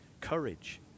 courage